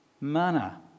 manna